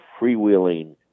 freewheeling